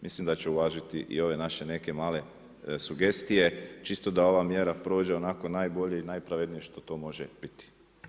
Mislim da će uvažiti i ove naše neke male sugestije čisto da ova mjera prođe onako najbolje i najpravednije što to može biti.